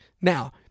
Now